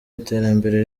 iterambere